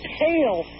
pale